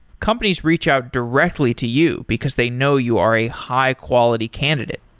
companies reach out directly to you because they know you are a high quality candidate.